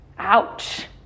Ouch